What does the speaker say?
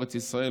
ארץ ישראל,